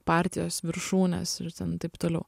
partijos viršūnės ir taip toliau